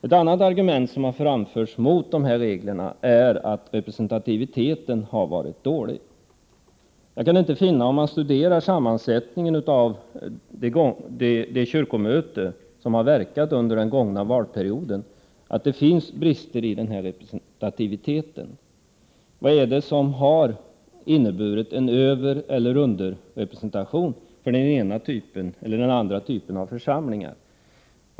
Ett annat argument som framförts mot reglerna är att representativiteten varit dålig. Om man studerar sammansättningen vid det kyrkomöte som har verkat under den gångna valperioden, kan man dock inte finna brister i representativiteten. Vad är det som har inneburit en övereller underrepresentation för den ena eller andra typen av församling?